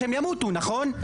שהם ימותו נכון?